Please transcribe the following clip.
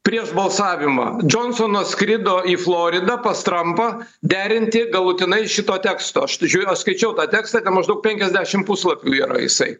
prieš balsavimą džonsonas skrido į floridą pas trampą derinti galutinai šito teksto aš tai žinot skaičiau tą tekstą ten maždaug penkiasdešim puslapių yra jisai